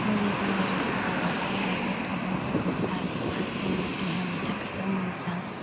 मुलि दावालि होयालासिनो मैगं थाइगंफोरखौ जायोब्ला जोंना देहानि थाखाइबो मोजां